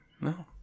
No